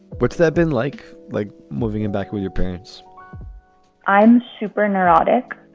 what's that been like? like moving in back with your parents i'm super neurotic